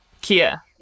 Kia